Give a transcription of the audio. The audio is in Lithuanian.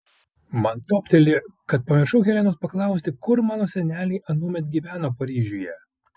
man topteli kad pamiršau helenos paklausti kur mano seneliai anuomet gyveno paryžiuje